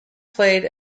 played